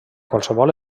qualsevol